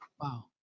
Wow